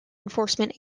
enforcement